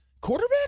Quarterback